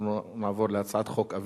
אנחנו נעבור להצעת החוק הבאה,